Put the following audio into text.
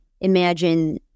imagine